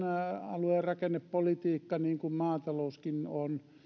alue ja rakennepolitiikka niin kuin maatalouskin on